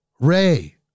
Ray